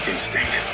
Instinct